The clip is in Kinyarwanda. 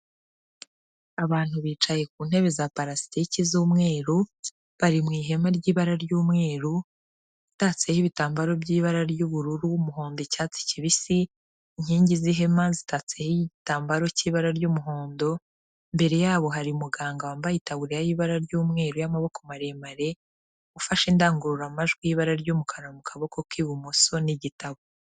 Abantu bicaye ku ntebe za palasitiki z'umweru, bari mu ihema ry'ibara ry'umweru, utatseho ibitambaro by'ibara ry'ubururu, umuhondo, icyatsi kibisi, inkingi z'ihema zitatseho igitambaro cy'ibara ry'umuhondo, mbere yabo hari muganga wambaye itaburira y'ibara ry'umweru y'amaboko maremare, ufashe indangururamajwi y'ibara ry'umukara mu kaboko k'ibumoso n'igitabo.